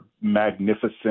magnificent